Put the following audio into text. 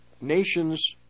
nations